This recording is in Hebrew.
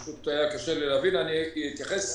ברשותך, אני אתייחס